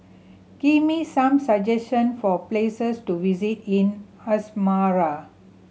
give me some suggestion for places to visit in Asmara